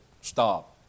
stop